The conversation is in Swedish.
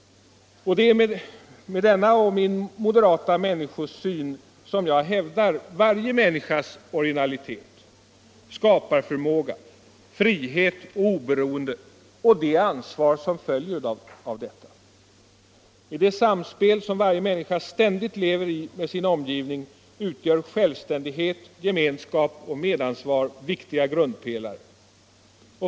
Det är med min moderata människosyn som jag hävdar varje människas originalitet, skaparförmåga, frihet och oberoende samt det ansvar som följer av detta. I det samspel som varje människa ständigt lever i med sin omgivning utgör självständighet, gemenskap och medansvar viktiga grundpelare.